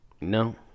No